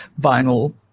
vinyl